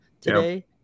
today